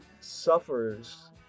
suffers